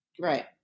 right